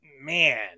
man